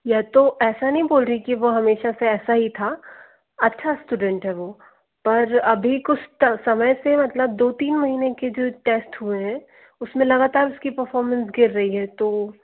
या तो ऐसा नहीं बोल रही कि वह हमेशा से ऐसा ही था अच्छा स्टूडेंट है वह पर अभी कुछ समय से मतलब दो तीन महीने के जो टेस्ट हुए हैं उसमें लगातार उसकी परफॉरमेंस गिर रही है तो